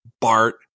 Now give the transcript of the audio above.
Bart